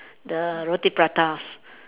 the roti pratas